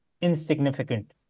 insignificant